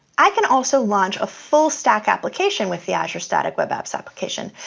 i can also launch a full-stack application with the azure static web apps application,